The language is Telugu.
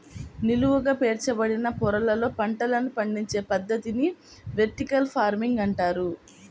నిలువుగా పేర్చబడిన పొరలలో పంటలను పండించే పద్ధతిని వెర్టికల్ ఫార్మింగ్ అంటారు